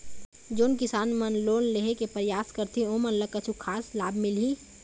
जोन किसान मन लोन लेहे के परयास करथें ओमन ला कछु खास लाभ मिलही?